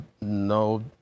no